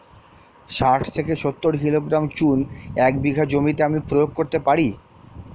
শাঠ থেকে সত্তর কিলোগ্রাম চুন এক বিঘা জমিতে আমি প্রয়োগ করতে পারি?